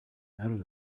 out